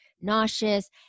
nauseous